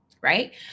right